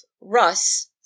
Russ